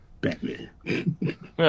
Batman